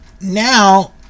now